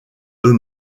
eux